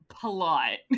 Polite